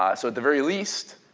ah so at the very least,